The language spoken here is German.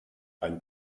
ein